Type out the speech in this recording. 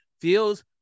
Feels